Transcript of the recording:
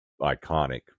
iconic